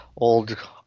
old